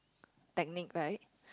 technique right